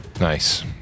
Nice